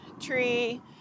tree